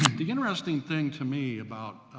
the interesting thing to me about,